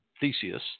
Theseus